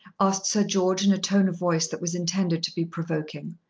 asked sir george in a tone of voice that was intended to be provoking.